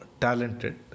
talented